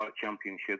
championship